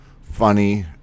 funny